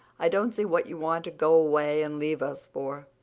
i don't see what you want to go away and leave us for.